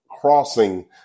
crossing